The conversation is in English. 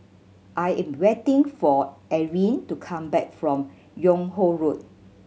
I am waiting for Erin to come back from Yung Ho Road